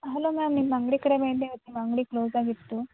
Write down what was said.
hello ma'am ನಿಮ್ಮ ಅಂಗಡಿ ಕಡೆ ಬೆಂಡೇವ್ ನಿಮ್ಮ ಅಂಗಡಿ ಕ್ಲೋಸಾಗಿತ್ತು